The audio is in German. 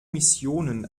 missionen